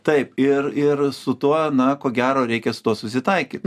taip ir ir su tuo na ko gero reikia su tuo susitaikyt